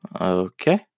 Okay